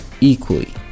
equally